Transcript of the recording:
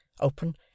open